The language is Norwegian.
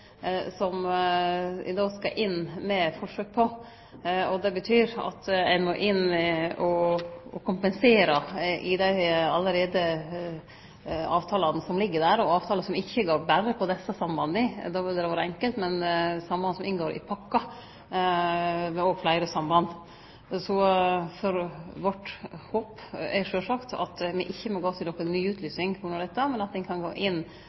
som me skal inn med forsøk på, og det betyr at ein må inn og kompensere i høve til dei avtalane som allereie ligg der, og avtalar som ikkje går berre på desse sambanda – då ville det ha vore enkelt – men samband som inngår i pakkar. Det er fleire samband. Så vårt håp er sjølvsagt at me ikkje må gå til noka ny utlysing på grunn av dette, men at ein kan gå inn